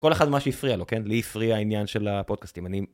כל אחד מה שהפריע לו, כן? לי הפריע העניין של הפודקאסטים.